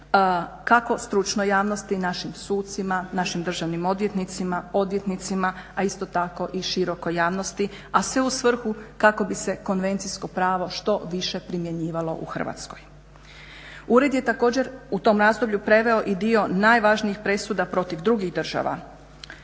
kako stručnoj javnosti, našim sucima, našim državnim odvjetnicima, odvjetnicima, a isto tako i širokoj javnosti, a sve u svrhu kako bi se konvencijsko pravo što više primjenjivalo u Hrvatskoj. Ured je također u tom razdoblju preveo i dio najvažnijih presuda protiv drugih država,